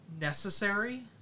necessary